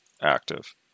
active